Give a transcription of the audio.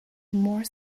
more